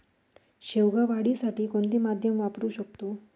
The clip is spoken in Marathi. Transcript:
शेवगा वाढीसाठी कोणते माध्यम वापरु शकतो?